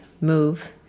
move